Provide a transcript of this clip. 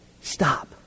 stop